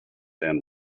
and